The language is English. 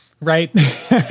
Right